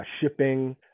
shipping